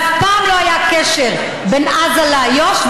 אף פעם לא היה קשר בין עזה לאיו"ש,